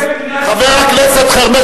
חברת הכנסת מירי רגב,